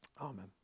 Amen